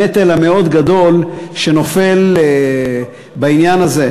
התשע"ב 2012, חבר הכנסת איתן כבל, בבקשה.